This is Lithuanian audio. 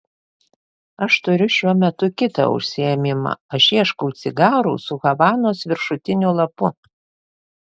aš turiu šiuo metu kitą užsiėmimą aš ieškau cigarų su havanos viršutiniu lapu